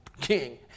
King